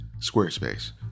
Squarespace